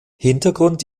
hintergrund